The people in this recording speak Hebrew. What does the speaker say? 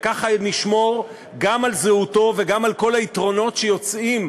וכך נשמור גם על זהותו וגם על כל היתרונות שיוצאים